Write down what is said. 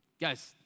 Guys